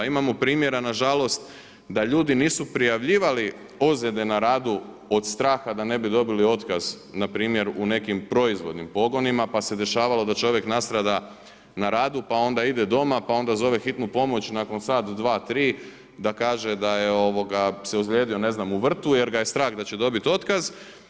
Imamo primjera nažalost da ljudi nisu prijavljivali ozljede na radu od straha da ne bi dobili otkaz, npr. u nekim proizvodnim pogonima pa se dešavalo da čovjek nastrada na radu pa onda ide doma pa onda zove hitnu pomoć nakon sat, dva, tri da kaže da se ozlijedio ne znam, u vrtu, jer ga je strah da će dobit otkaz.